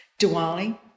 Diwali